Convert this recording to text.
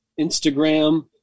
Instagram